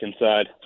inside